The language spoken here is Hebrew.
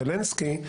זלנסקי,